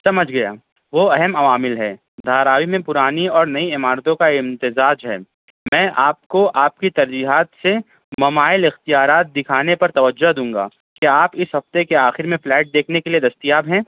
سمجھ گیا وہ اہم عوامل ہیں دھاراوی میں پرانی اور نئی عمارتوں کا امتزاج ہے میں آپ کو آپ کی ترجیحات سے مماثل اختیارات دکھانے پر توجہ دوں گا کیا آپ اس ہفتے کے آخر میں فلیٹ دیکھنے کے لیے دستیاب ہیں